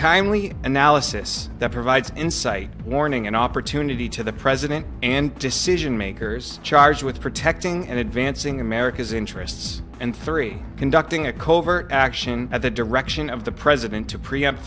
timely analysis that provides insight warning an opportunity to the president and decision makers charged with protecting and advancing america's interests and three conducting a covert action at the direction of the president to preempt